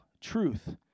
truth